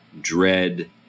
dread